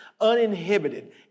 uninhibited